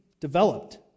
developed